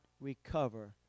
recover